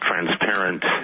transparent